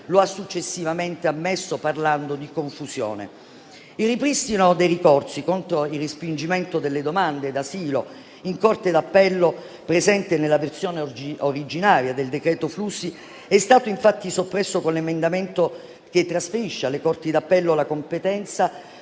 lo ha successivamente ammesso, parlando di confusione. Il ripristino dei ricorsi contro il respingimento delle domande d'asilo in corte d'appello, presente nella versione originaria del decreto flussi, è stato infatti soppresso con l'emendamento che trasferisce alle corti d'appello la competenza